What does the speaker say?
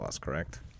correct